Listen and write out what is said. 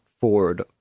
Ford